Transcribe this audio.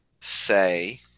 say